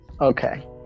okay